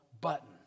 button